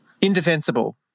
Indefensible